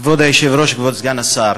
כבוד היושב-ראש, כבוד סגן השר,